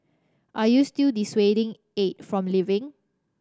are you still dissuading Aide from leaving